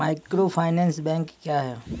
Microfinance bank क्या हैं?